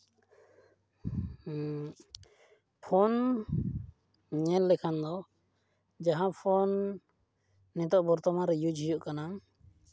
phone ᱧᱮᱞ ᱞᱮᱠᱷᱟᱱ ᱫᱚ ᱡᱟᱦᱟᱸ ᱯᱷᱳᱱ ᱱᱤᱛᱚᱜ ᱵᱚᱨᱛᱚᱢᱟᱱ ᱨᱮ ᱤᱭᱩᱡᱽ ᱦᱩᱭᱩᱜ ᱠᱟᱱᱟ